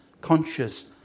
conscious